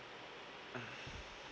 mm